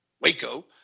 Waco